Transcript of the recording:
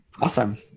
Awesome